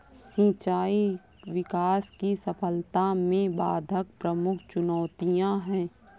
सिंचाई विकास की सफलता में बाधक प्रमुख चुनौतियाँ है